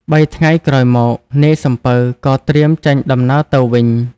បីថ្ងៃក្រោយមក នាយសំពៅក៏ត្រៀមចេញដំណើរទៅវិញ។